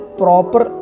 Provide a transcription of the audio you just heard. proper